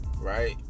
right